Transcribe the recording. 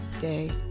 day